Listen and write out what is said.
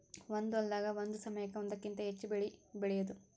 ಒಂದ ಹೊಲದಾಗ ಒಂದ ಸಮಯಕ್ಕ ಒಂದಕ್ಕಿಂತ ಹೆಚ್ಚ ಬೆಳಿ ಬೆಳಿಯುದು